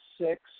six